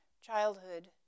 childhood